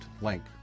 link